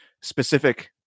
specific